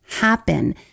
happen